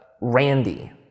randy